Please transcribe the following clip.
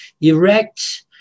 erect